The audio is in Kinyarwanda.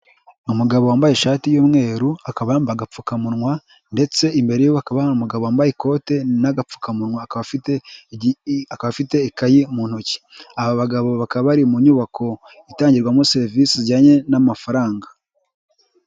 Umugabo wambaye ishati y'umweru akabamba agapfukamunwa ndetse imberekaba umugabo wambaye ikote n'agapfukamunwaba afitefite ikayi mu ntoki, aba bagabo bakaba bari mu nyubako itangirwamo serivisi zijyanye n'amafaranga.